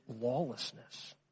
lawlessness